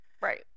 right